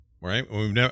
Right